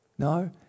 No